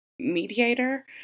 mediator